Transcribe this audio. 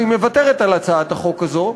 שהיא מוותרת על הצעת החוק הזאת,